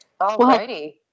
Alrighty